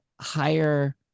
higher